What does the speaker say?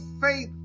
faith